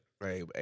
right